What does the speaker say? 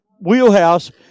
wheelhouse